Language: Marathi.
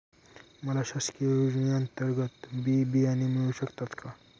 मला शासकीय योजने अंतर्गत बी बियाणे मिळू शकतात का?